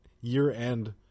year-end